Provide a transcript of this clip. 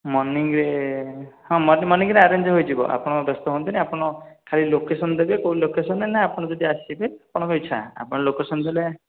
ମର୍ଣ୍ଣିଂରେ ହଁ ମର୍ଣ୍ଣିଂରେ ଆରେଞ୍ଜ୍ ହୋଇଯିବ ଆପଣ ବ୍ୟସ୍ତ ହୁଅନ୍ତିନି ଆପଣ ଖାଲି ଲୋକେସନ୍ ଦେବେ କେଉଁ ଲୋକେସନ୍ରେ ନା ଆପଣ ଯଦି ଆସିବେ ଆପଣଙ୍କ ଇଚ୍ଛା ଆପଣ ଲୋକେସନ୍ ଦେଲେ